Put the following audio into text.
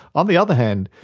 on the other hand,